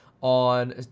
on